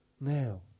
now